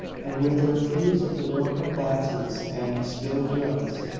and with the refuse of the broken glasses and spilled drugs.